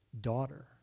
daughter